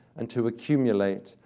and to accumulate,